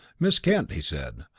miss kent, he said,